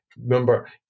Remember